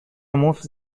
مفت